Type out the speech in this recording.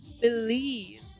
Believe